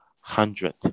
hundred